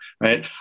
right